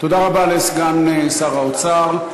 תודה רבה לסגן שר האוצר.